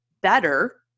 better